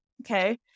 Okay